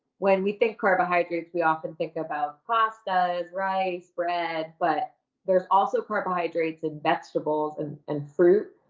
when we think carbohydrates, we often think about pastas, rice, bread, but there's also carbohydrates in vegetables and and fruits.